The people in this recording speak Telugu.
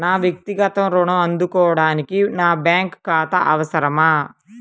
నా వక్తిగత ఋణం అందుకోడానికి నాకు బ్యాంక్ ఖాతా అవసరమా?